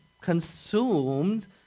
consumed